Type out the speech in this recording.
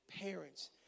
parents